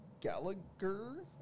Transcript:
Gallagher